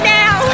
now